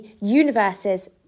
universe's